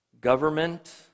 government